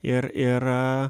ir ir